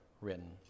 written